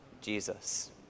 Jesus